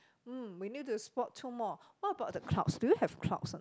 mm we need to spot two more what about the clouds do you have clouds or not